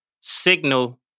signal